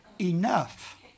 enough